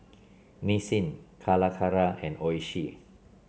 Nissin Calacara and Oishi